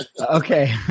Okay